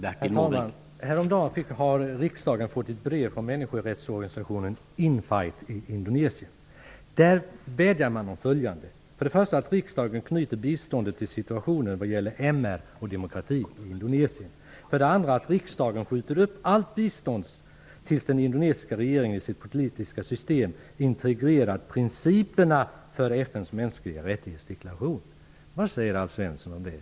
Herr talman! Häromdagen fick riksdagen ett brev från människorättsorganisationen Infight i Indonesien. Där vädjar man om följande. För det första: att riksdagen knyter biståndet till situationen vad gäller MR och demokrati i Indonesien. För det andra: att riksdagen skjuter upp allt bistånd tills den indonesiska regeringen i sitt politiska system integrerar principerna för FN:s deklaration om de mänskliga rättigheterna. Vad säger Alf Svensson om detta?